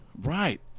Right